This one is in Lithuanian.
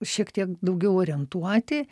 šiek tiek daugiau orientuoti